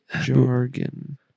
jargon